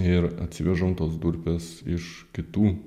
ir atsivežam tas durpes iš kitų